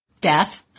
death